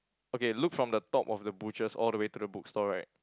okay look from the top of the butchers all the way to the book store right